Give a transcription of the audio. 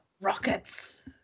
rockets